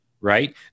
Right